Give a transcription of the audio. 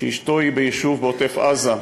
שאשתו היא מיישוב בעוטף-עזה,